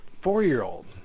four-year-old